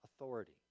authority